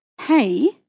hey